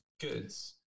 goods